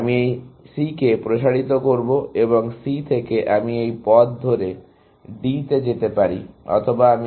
আমি এই C কে প্রসারিত করবো এবং C থেকে আমি এই পথ ধরে D তে যেতে পারি অথবা আমি G তে যেতে পারি